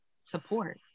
support